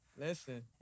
Listen